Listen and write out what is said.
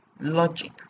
Logic